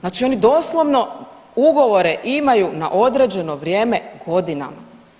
Znači oni doslovno ugovore imaju na određeno vrijeme godinama.